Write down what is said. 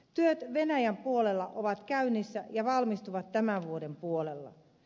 työt venäjän puolella ovat käynnissä ja valmistuvat tämän vuoden puolella